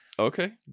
Okay